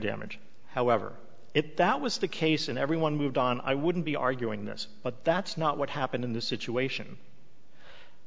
damage however it that was the case and everyone moved on i wouldn't be arguing this but that's not what happened in the situation